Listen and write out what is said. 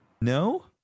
No